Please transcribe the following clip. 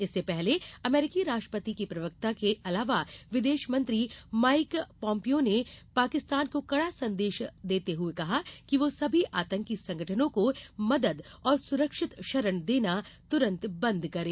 इससे पहले अमरीकी राष्ट्रपति की प्रवक्ता के अलावा विदेश मंत्री माइक पोम्पिओ ने पाकिस्तान को कड़ा संदेश देते हुए कहा कि वह सभी आतंकी संगठनों को मदद और सुरक्षित शरण देना तुरन्त बंद करें